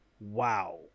wow